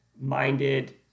minded